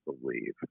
believe